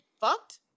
fucked